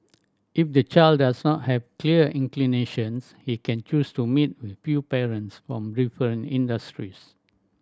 if the child does not have clear inclinations he can choose to meet with few parents from different industries